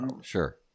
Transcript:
sure